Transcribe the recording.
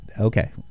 okay